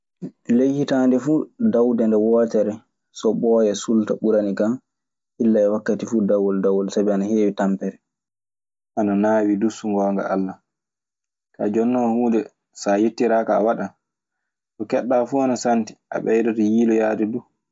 Ley hitaande fuu dawde nde wootere so ɓooya suulta ɓuranikan illa e wakkati fuu dawol dawol, sabi ana heewi tampere.